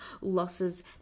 losses